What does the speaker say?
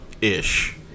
ish